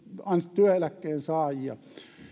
työeläkkeensaajia